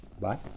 Bye